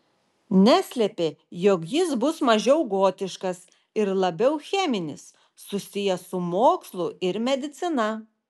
neslėpė jog jis bus mažiau gotiškas ir labiau cheminis susijęs su mokslu ir medicina